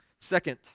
Second